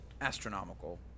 astronomical